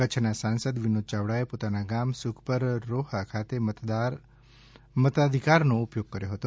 કચ્છના સાંસદ વિનોદ યાવડાએ પોતાના ગામ સુખપર રોહા ખાતે મતાધિકાર નો ઉપયોગ કર્યો હતો